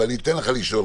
ואני אתן לך לשאול,